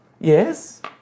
Yes